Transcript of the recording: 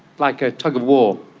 like a tug-of-war.